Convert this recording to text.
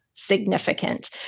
significant